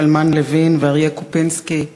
קלמן לוין ואריה קופינסקי,